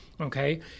Okay